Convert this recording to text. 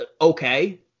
Okay